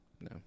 No